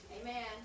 Amen